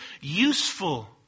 useful